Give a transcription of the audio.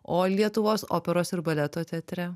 o lietuvos operos ir baleto teatre